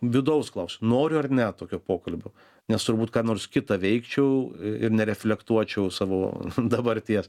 vidaus klausk noriu ar ne tokio pokalbio nes turbūt ką nors kita veikčiau ir nereflektuočiau savo dabarties